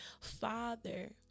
father